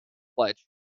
pledge